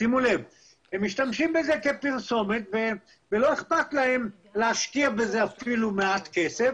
משתמשים בזה כפרסומת ולא אכפת להם להשקיע בזה מעט כסף,